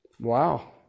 Wow